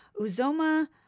Uzoma